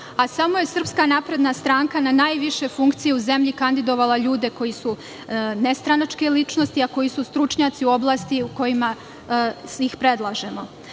a samo je SNS na najviše funkcija u zemlji kandidovala ljude koji su nestranačke ličnosti, a koji su stručnjaci u oblastima u kojima ih predlažemo. Dakle,